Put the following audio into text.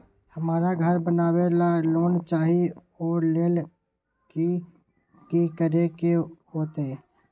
हमरा घर बनाबे ला लोन चाहि ओ लेल की की करे के होतई?